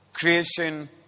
creation